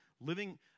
living